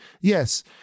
yes